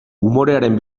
umorearen